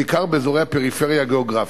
בעיקר באזורי הפריפריה הגיאוגרפית.